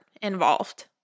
involved